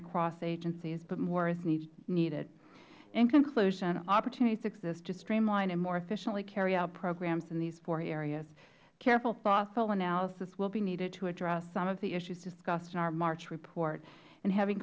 across agencies but more is needed in conclusion opportunities exist to streamline and more efficiently carry out programs in those four areas careful thoughtful analysis will be needed to address some of the issues discussed in our march report and having